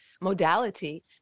modality